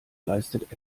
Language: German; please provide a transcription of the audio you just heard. leistet